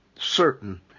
certain